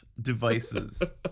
devices